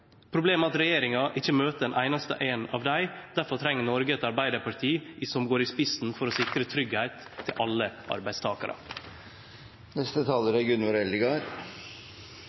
Problemet er at regjeringa ikkje møter ei einaste ei av dei. Derfor treng Noreg eit Arbeidarparti, som går i spissen for tryggleiken til alle arbeidstakarar. For oss i Arbeidarpartiet er